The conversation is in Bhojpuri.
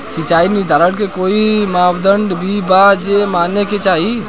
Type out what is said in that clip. सिचाई निर्धारण के कोई मापदंड भी बा जे माने के चाही?